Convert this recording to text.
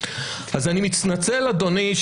אז אני מתנצל אדוני,